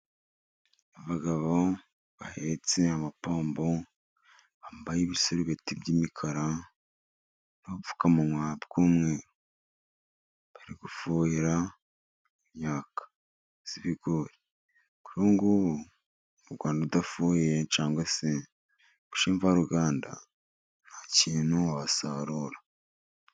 Abagabo bahetse amapombo bambaye ibisarubeti by'imikara n'udupfukamunwa tw'umweru, bari gufuhira imyaka y'ibigori . Kuri ubu ngubu, mu Rwanda udafuhiye cyangwa se ngo ushyiremo imvaruganda nta kintu wasarura.